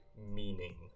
meaning